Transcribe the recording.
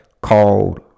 called